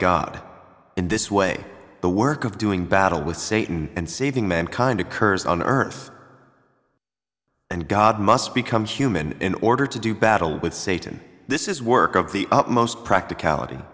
god in this way the work of doing battle with satan and saving mankind occurs on earth and god must become human in order to do battle with satan this is work of the utmost practicality